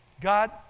God